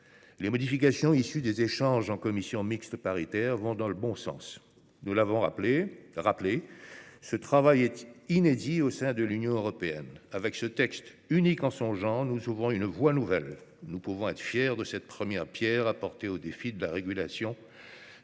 Les modifications issues des échanges en commission mixte paritaire vont dans le bon sens. Nous l'avons rappelé, ce travail est inédit au sein de l'Union européenne. Par ce texte unique en son genre, nous ouvrons une voie nouvelle. Nous pouvons être fiers de cette première pierre apportée au défi de la régulation